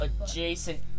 Adjacent